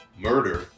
murder